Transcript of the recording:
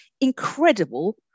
incredible